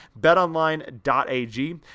Betonline.ag